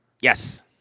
Yes